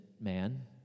man